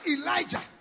Elijah